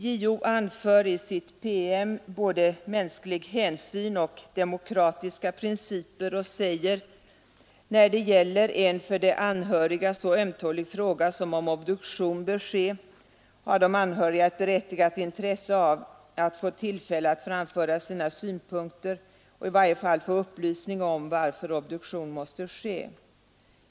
JO anför i sin PM både mänsklig hänsyn och demokratiska principer och säger: ”När det gäller en för de anhöriga så ömtålig fråga som om obduktion bör ske, har de anhöriga ett berättigat intresse av att få tillfälle att framföra sina synpunkter och i varje fall få upplysning om varför obduktion måste ske.